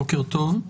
בוקר טוב.